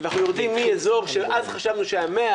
אנחנו יורדים מאזור שאז חשבנו ש-100,